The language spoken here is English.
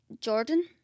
Jordan